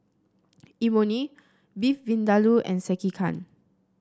Imoni Beef Vindaloo and Sekihan